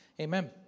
Amen